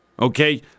Okay